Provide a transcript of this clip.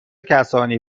کسانی